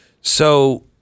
So-